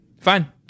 fine